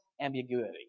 ambiguity